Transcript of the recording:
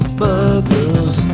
burgers